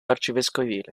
arcivescovile